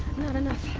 not enough.